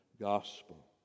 gospel